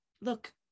look